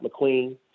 McQueen